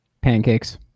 Pancakes